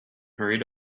hurried